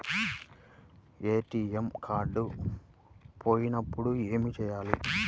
ATM card పోయినప్పుడు ఏమి చేయాలి?